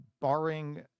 barring